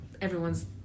everyone's –